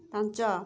ପାଞ୍ଚ